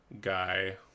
guy